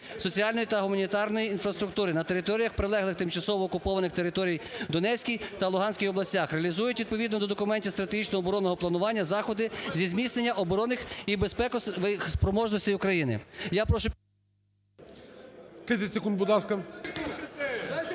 соціальної та гуманітарної інфраструктури на територіях, прилеглих до тимчасово окупованих територій в Донецькій та Луганській областях, реалізують відповідно до документів стратегічного оборонного планування заходи зі зміцнення оборонних і безпекових спроможностей України. Я прошу… ГОЛОВУЮЧИЙ. 30 секунд, будь ласка. (Шум